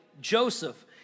Joseph